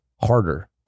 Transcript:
harder